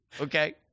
Okay